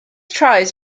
tribes